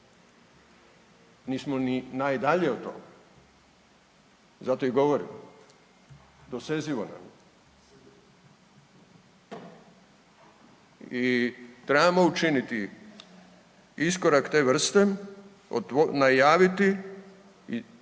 nismo ni najdalje od toga, zato i govorim, dosezivo je i trebamo učiniti iskorak te vrste i najaviti,